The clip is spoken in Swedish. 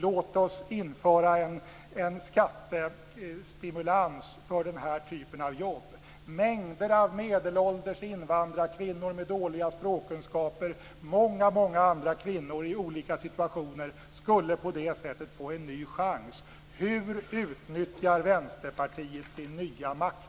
Låt oss införa en skattestimulans för den här typen av jobb. Mängder av medelålders invandrarkvinnor med dåliga språkkunskaper och många andra kvinnor i olika situationer skulle på det sättet få en ny chans. Hur utnyttjar Vänsterpartiet sin nya makt?